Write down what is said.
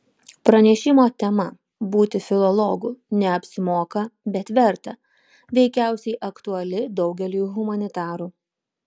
pranešimo tema būti filologu neapsimoka bet verta veikiausiai aktuali daugeliui humanitarų